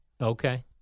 Okay